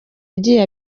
agiye